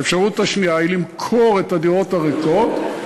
האפשרות השנייה היא למכור את הדירות הריקות,